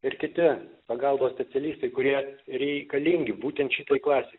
ir kiti pagalbos specialistai kurie reikalingi būtent šitai klasei